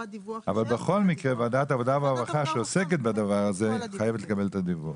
בכל מקרה ועדת העבודה והרווחה שעוסקת בזה חייבת לקבל את הדיווח.